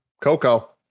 Coco